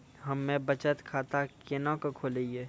हम्मे बचत खाता केना के खोलियै?